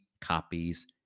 copies